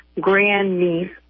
grandniece